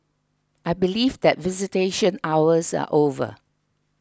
I believe that visitation hours are over